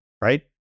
right